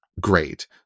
great